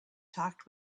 talked